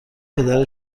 پدر